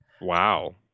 Wow